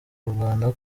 kurwana